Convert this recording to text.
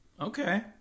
Okay